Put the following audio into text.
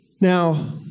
Now